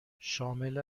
شامل